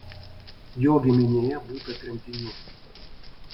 jo giminėje būta tremtinių